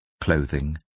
clothing